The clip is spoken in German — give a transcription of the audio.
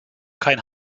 kein